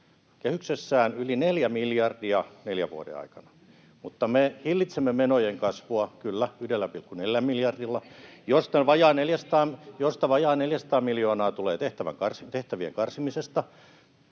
kehyksessään yli neljä miljardia neljän vuoden aikana, mutta me hillitsemme menojen kasvua, kyllä, 1,4 miljardilla, [Annika Saarikko: Eli leikkaatte!] josta vajaat 400 miljoonaa tulee tehtävien karsimisesta,